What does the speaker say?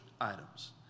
items